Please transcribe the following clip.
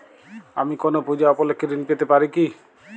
আমি কোনো পূজা উপলক্ষ্যে ঋন পেতে পারি কি?